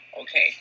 Okay